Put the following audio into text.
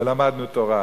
ולמדנו תורה.